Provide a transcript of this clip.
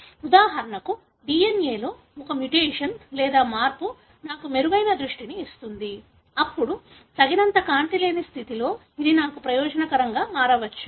ఉదాహరణకు DNA లో ఒక మ్యుటేషన్ లేదా మార్పు నాకు మెరుగైన దృష్టిని ఇస్తుంది అప్పుడు తగినంత కాంతి లేని స్థితిలో ఇది నాకు ప్రయోజనకరంగా మారవచ్చు